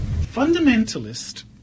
Fundamentalist